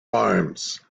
arms